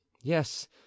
yes